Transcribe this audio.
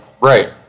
right